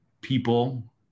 people